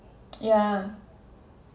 yeah